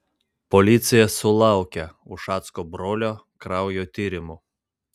policija sulaukė ušacko brolio kraujo tyrimų